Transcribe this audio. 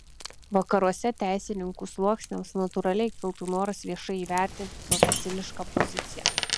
vakaruose teisininkų sluoksniams natūraliai kiltų noras viešai įvertinti tokią cinišką poziciją